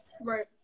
Right